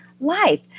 Life